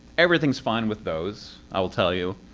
everything is fine with those. i will tell you.